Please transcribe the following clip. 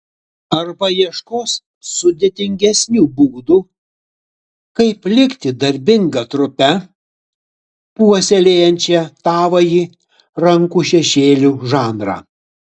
arba ieškos sudėtingesnių būdų kaip likti darbinga trupe puoselėjančia tavąjį rankų šešėlių žanrą